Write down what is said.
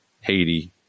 haiti